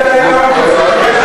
אין לאום כזה.